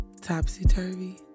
topsy-turvy